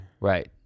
Right